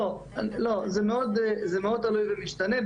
לא, זה מאוד תלוי ומשתנה.